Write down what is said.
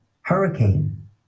hurricane